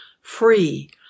free